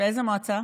באיזו מועצה?